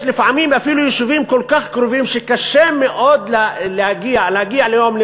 לפעמים אפילו יש יישובים מאוד קרובים וקשה מאוד להגיע אליהם.